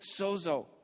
sozo